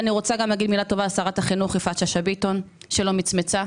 אני רוצה לומר גם מילה טובה על שרת החינוך יפעת שאשא ביטון שלא מצמצה,